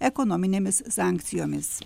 ekonominėmis sankcijomis